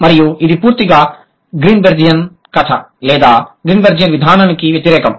మరియు ఇది పూర్తిగా గ్రీన్బెర్జియన్ కథ లేదా గ్రీన్బెర్జియన్ విధానానికి వ్యతిరేకం